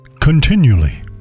continually